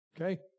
Okay